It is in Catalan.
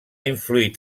influït